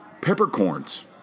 peppercorns